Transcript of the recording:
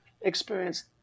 experience